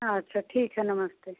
हाँ अच्छा ठीक है नमस्ते